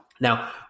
Now